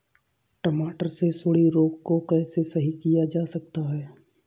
टमाटर से सुंडी रोग को कैसे सही किया जा सकता है?